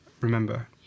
remember